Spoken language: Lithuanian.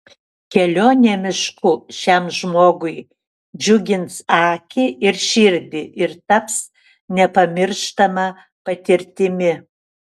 kelionė mišku šiam žmogui džiugins akį ir širdį ir taps nepamirštama patirtimi